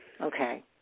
Okay